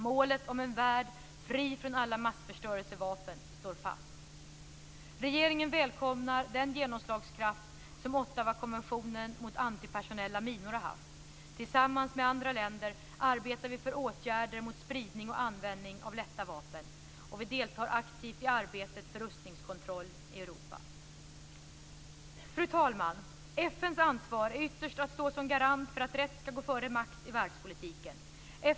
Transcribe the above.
Målet om en värld fri från alla massförstörelsevapen står fast. Regeringen välkomnar den genomslagskraft som Ottawakonventionen mot antipersonella minor har haft. Tillsammans med andra länder arbetar vi för åtgärder mot spridning och användning av lätta vapen. Vi deltar aktivt i arbetet för rustningskontroll i Fru talman! FN:s ansvar är ytterst att stå som garant för att rätt ska gå före makt i världspolitiken.